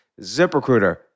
ZipRecruiter